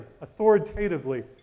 authoritatively